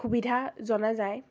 সুবিধা জনা যায়